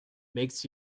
makes